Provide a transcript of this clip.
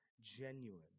genuine